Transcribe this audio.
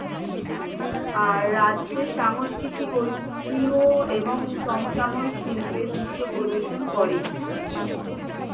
আর রাজ্যে সাংস্কৃতিক ঐতিহ্য এবং সমসাময়িক শিল্পের দৃশ্য প্রদর্শন করে